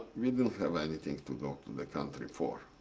we didn't have anything to go to the country for.